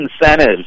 incentives